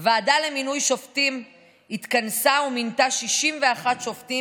הוועדה לבחירת שופטים התכנסה ומינתה 61 שופטים